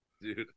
Dude